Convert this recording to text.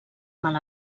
mal